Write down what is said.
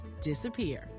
disappear